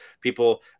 people